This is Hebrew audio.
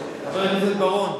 חבר הכנסת בר-און,